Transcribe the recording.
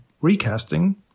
Recasting